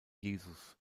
jesus